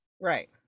Right